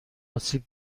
آسیب